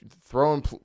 throwing